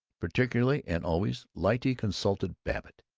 particularly and always lyte consulted babbitt,